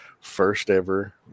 first-ever